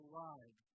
lives